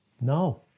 No